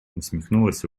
усмехнулась